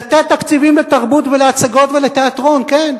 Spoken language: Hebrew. לתת תקציבים לתרבות ולהצגות ולתיאטרון, כן.